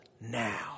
now